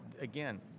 again